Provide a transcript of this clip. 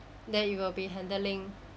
that you will be handling